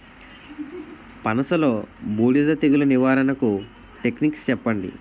పనస లో బూడిద తెగులు నివారణకు టెక్నిక్స్ చెప్పండి?